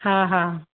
हा हा